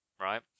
right